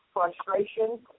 frustration